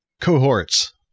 cohorts